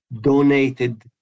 donated